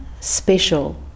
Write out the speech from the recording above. special